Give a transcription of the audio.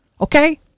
okay